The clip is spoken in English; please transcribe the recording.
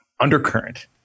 undercurrent